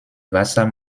wasser